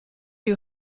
you